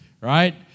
Right